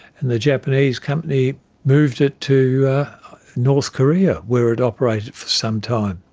and the japanese company moved it to north korea where it operated for some time,